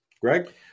Greg